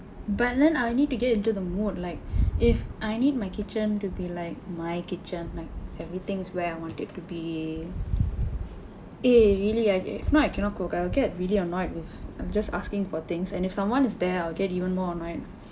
but then I'll need to get into the mood like if I need my kitchen to be like my kitchen like everything's where I want it to be eh really I if not I cannot cook I'll get really annoyed with I'm just asking for things and if someone is there I'll get even more annoyed